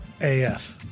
AF